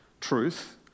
truth